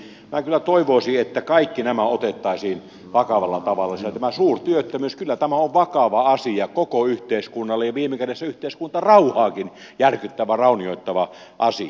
minä kyllä toivoisin että kaikki nämä otettaisiin vakavalla tavalla sillä kyllä tämä suurtyöttömyys on vakava asia koko yhteiskunnalle ja viime kädessä yhteiskuntarauhaakin järkyttävä raunioittava asia